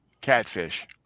catfish